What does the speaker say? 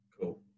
Cool